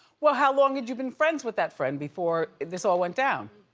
well, how long had you been friends with that friend before this all went down?